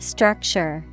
Structure